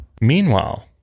Meanwhile